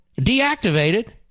deactivated